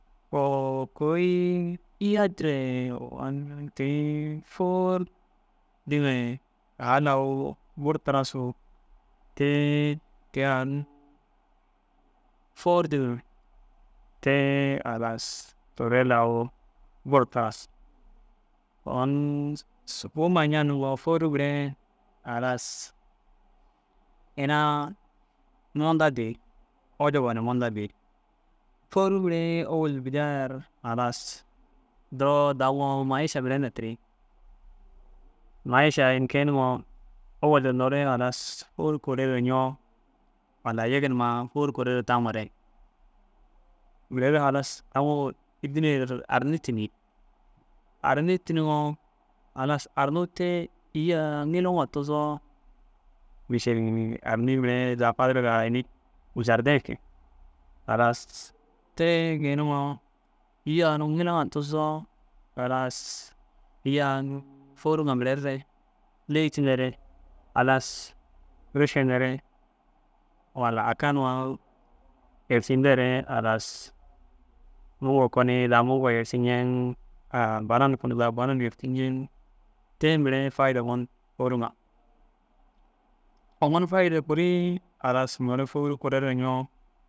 Kôi iya dire ogon kôi fôor dîiŋa ye taŋa lau buru tarasu tee keya unnu fôor dîiŋa te halas toore lau buru taras. Ogon subuma ña nuŋoo? Fôruu mire halas ina munda dii, ojoba ni munda dii. Fôoruu mire ôwel bidaayar halas duro daguŋoo maiša mire na tiri. Maiša ini kege nuŋoo? Ôwel dire nore halas fôruu kulera ŋoo walla yege numa fôruu kolera taŋore mire halas daŋuŋoo ediner arni tînii. Arni tîniŋoo halas arnuu tee îyi a ŋiluu ŋa tuzoo mišil arni mire za fadirga ini zarde ke halas te geniŋoo îyi a ŋiluu ŋa tuzoo halas îyi a fôor ŋa mirere ley tînere halas rešenere walla aka nuwaa yercidiere halas mungo ni daa mungo yerciñeŋg a banan koni daa banan yerciñeŋg te mire faide hun fôruu ŋa. Ogon faide kuri halas noore fôruu kolera ñoo